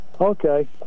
Okay